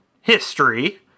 history